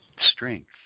strength